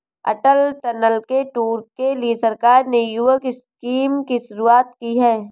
अटल tunnel के tour के लिए सरकार ने युवक स्कीम की शुरुआत की है